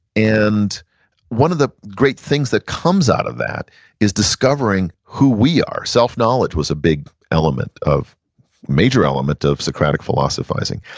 and one of the great things that comes out of that is discovering who we are. self knowledge was a big element, major element of socratic philosophizing.